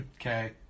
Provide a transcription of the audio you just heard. Okay